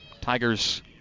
Tigers